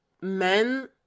men